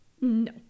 No